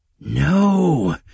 No